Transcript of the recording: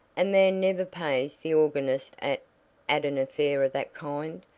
a man never pays the organist at at an affair of that kind,